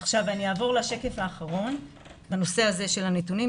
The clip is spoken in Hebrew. אני אעבור לשקף האחרון בנושא הזה של הנתונים.